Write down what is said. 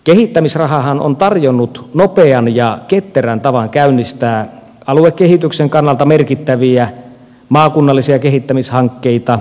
kehittämisrahahan on tarjonnut nopean ja ketterän tavan käynnistää aluekehityksen kannalta merkittäviä maakunnallisia kehittämishankkeita